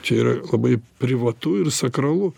čia yra labai privatu ir sakralu